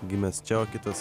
gimęs čia o kitas